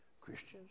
Christians